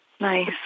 Nice